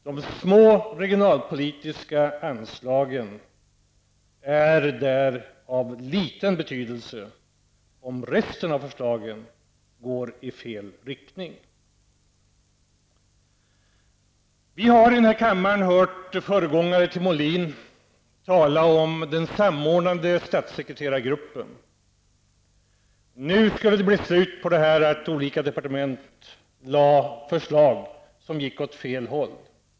De små regionalpolitiska anslagen har liten betydelse om resten av förslagen går i fel riktning. Vi har i denna kammare hört föregångare till Molin tala om den samordnande statssekreterargruppen. Nu skulle det bli slut på att olika departement lägger fram förslag som går åt fel håll.